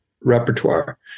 repertoire